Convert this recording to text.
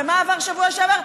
מה עבר בשבוע שעבר?